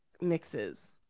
mixes